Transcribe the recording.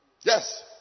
Yes